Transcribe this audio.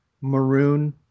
maroon